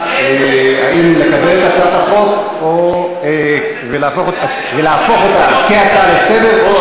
אם לקבל את הצעת החוק ולהפוך אותה להצעה לסדר-היום,